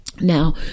Now